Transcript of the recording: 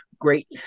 great